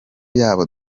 yabo